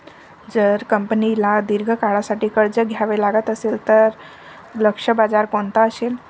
जर कंपनीला दीर्घ काळासाठी कर्ज घ्यावे लागत असेल, तर लक्ष्य बाजार कोणता असेल?